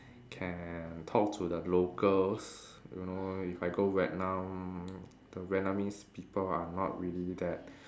can talk to the locals you know if I go Vietnam the Vietnamese people are not really that